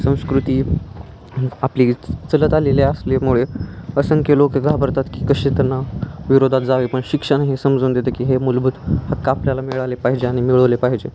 संस्कृती आपली चालत आलेले असल्यामुळे असंख्य लोक घाबरतात की कसे त्यांना विरोधात जावे पण शिक्षण हे समजून देतं की हे मूलभूत हक्क आपल्याला मिळाले पाहिजे आणि मिळवले पाहिजे